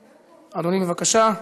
אדוני, בבקשה.